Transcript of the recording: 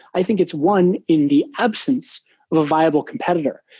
i think it's one in the absence of a viable competitor.